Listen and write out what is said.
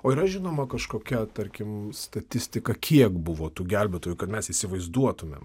o yra žinoma kažkokia tarkim statistika kiek buvo tų gelbėtojų kad mes įsivaizduotumėm